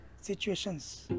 situations